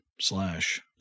slash